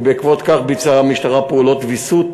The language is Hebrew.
ובעקבות כך ביצעה המשטרה פעולות ויסות